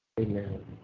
Amen